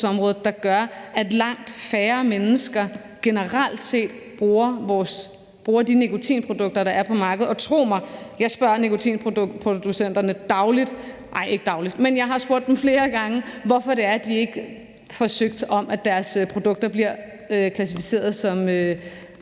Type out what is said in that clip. så langt færre mennesker generelt set bruger de nikotinprodukter, der er på markedet. Tro mig, jeg spørger nikotinproducenterne dagligt, ej, ikke dagligt, men jeg har spurgt dem flere gange, hvorfor det er, de ikke får søgt om, at deres produkter bliver klassificeret som